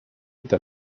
été